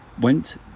went